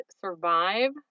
survive